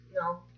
No